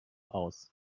aus